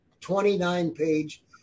29-page